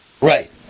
Right